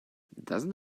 doesn’t